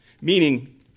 Meaning